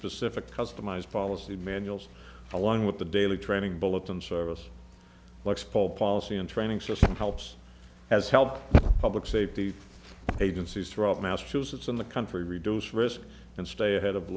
specific customized policy manuals along with the daily training bulletin service like spall policy and training system helps has helped public safety agencies throughout massachusetts in the country reduce risk and stay ahead of